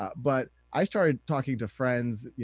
ah but i started talking to friends,